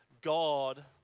God